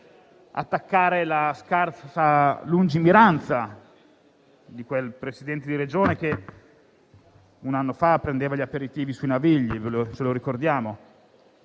attaccare la scarsa lungimiranza di quel Presidente di Regione che un anno fa prendeva gli aperitivi sui Navigli. Ce lo ricordiamo,